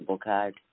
card